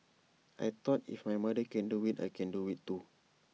I thought if my mother can do IT I can do IT too